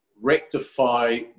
rectify